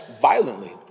violently